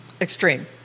extreme